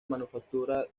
manufactura